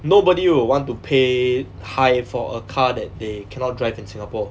nobody will want to pay high for a car that they cannot drive in singapore